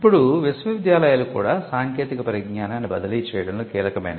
ఇప్పుడు విశ్వవిద్యాలయాలు కూడా సాంకేతిక పరిజ్ఞానాన్ని బదిలీ చేయడంలో కీలకమైనవి